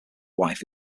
wife